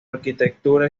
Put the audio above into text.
arquitectura